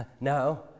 No